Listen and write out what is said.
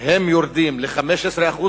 הם יורדים ל-15%,